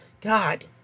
God